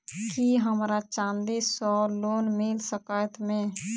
की हमरा चांदी सअ लोन मिल सकैत मे?